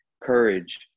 courage